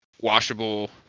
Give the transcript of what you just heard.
washable